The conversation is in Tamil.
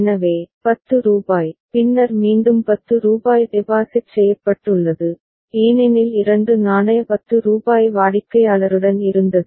எனவே 10 ரூபாய் பின்னர் மீண்டும் 10 ரூபாய் டெபாசிட் செய்யப்பட்டுள்ளது ஏனெனில் இரண்டு நாணய 10 ரூபாய் வாடிக்கையாளருடன் இருந்தது